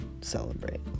celebrate